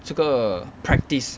这个 practice